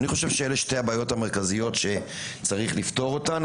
אני חושב שאלה שתי הבעיות המרכזיות שצריך לפתור אותן,